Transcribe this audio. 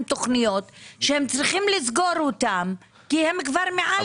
תוכניות שהם צריכים לסגור אותן כי הם כבר מעל.